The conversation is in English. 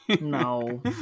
No